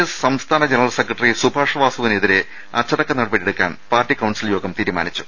S സംസ്ഥാന general secretary Subhash വാസുവിനെതിരെ അച്ചടക്ക നടപടിയെടുക്കാൻ പാർട്ടി കൌൺസിൽ യോഗം തീരുമാനിച്ചു